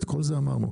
את כל זה אמרנו,